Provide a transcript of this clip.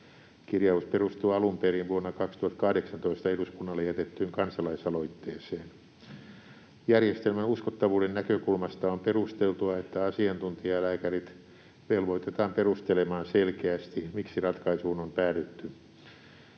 Kirjaus perustuu alun perin vuonna 2018 eduskunnalle jätettyyn kansalaisaloitteeseen. Järjestelmän uskottavuuden näkökulmasta on perusteltua, että asiantuntijalääkärit velvoitetaan perustelemaan selkeästi, miksi ratkaisuun on päädytty.